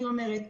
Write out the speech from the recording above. אני אומרת,